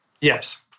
Yes